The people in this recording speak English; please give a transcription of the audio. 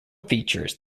features